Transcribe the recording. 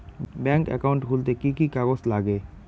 Bank account খুলতে কি কি কাগজ লাগে?